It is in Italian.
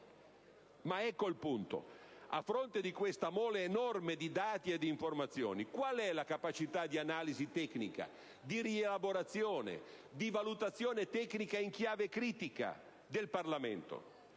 Ma ecco il punto: a fronte di questa mole enorme di dati e di informazioni, qual è la capacità di analisi tecnica, di rielaborazione, di valutazione tecnica in chiave critica, del Parlamento?